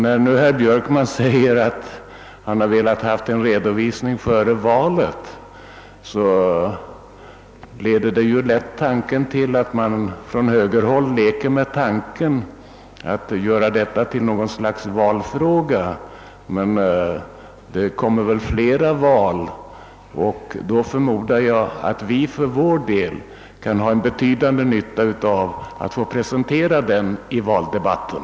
När herr Björkman säger att han velat ha en redovisning före valet frestas man lätt att tro att man från högerhåll leker med tanken att göra detta till något slags valfråga. Men det kommer väl fler val, och då förmodar jag att vi för vår del kan ha en betydande nytta av att få presentera redovisningen.